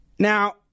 Now